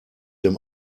dem